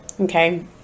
Okay